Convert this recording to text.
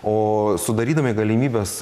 o sudarydami galimybes